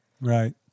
Right